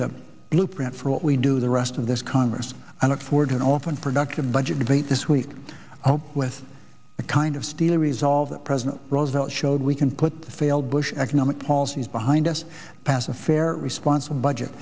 the blueprint for what we do the rest of this congress i look forward to an often productive budget debate this week with a kind of steely resolve that president roosevelt showed we can put the failed bush economic policies behind us pass a fair responsible budget